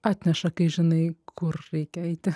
atneša kai žinai kur reikia eiti